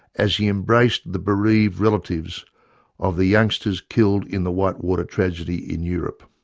as he embraced the bereaved relatives of the youngsters killed in the white water tragedy in europe?